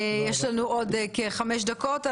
יש לנו עוד כחמש דקות.